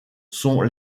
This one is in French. sont